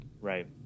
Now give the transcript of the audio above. Right